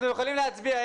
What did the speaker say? אנחנו יכולים להצביע,